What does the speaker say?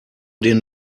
den